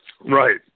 Right